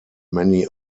many